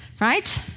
right